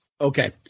Okay